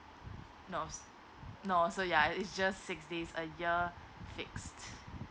no s~ no so ya it's just six days a year fixed